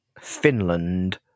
Finland